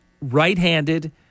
right-handed